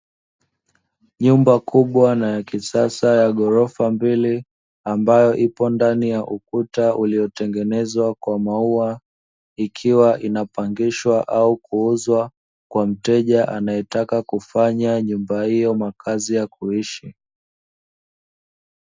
Nyumba kubwa na ya kisasa ya ghorofa mbili ambayo ipo ndani ya ukuta uliotengenezwa kwa maua, ikiwa inapangishwa au kuuzwa kwa mteja anayetaka kufanya nyumba hiyo makazi ya kuishi.